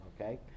Okay